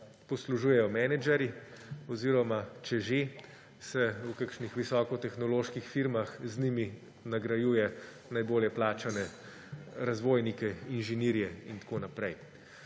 poslužujejo menedžerji oziroma če že, se v kakšnih visoko tehnoloških firmah z njimi nagrajuje najbolje plačane razvojnike, inženirje in tako naprej.